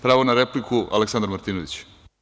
Pravo na repliku, Aleksandar Martinović.